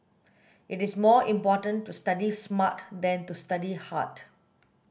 it is more important to study smart than to study hard